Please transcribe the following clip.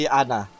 ana